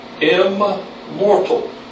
Immortal